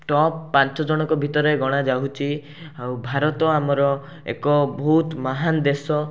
top ପାଞ୍ଚଜଣଙ୍କ ଭିତରେ ଗଣା ଯାଉଛି ଆଉ ଭାରତ ଆମର ଏକ ବହୁତ ମହାନ ଦେଶ